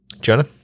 Jonah